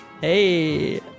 Hey